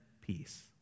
peace